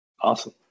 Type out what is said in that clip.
Awesome